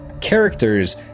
characters